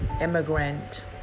immigrant